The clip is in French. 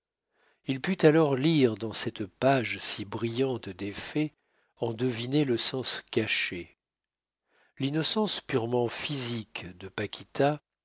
il put alors lire dans cette page si brillante d'effet en deviner le sens caché l'innocence purement physique de paquita